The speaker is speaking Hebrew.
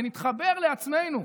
וכשנתחבר לעצמנו,